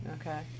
Okay